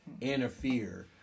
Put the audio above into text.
interfere